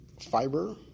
fiber